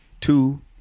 Two